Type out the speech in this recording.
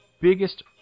biggest